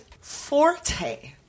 Forte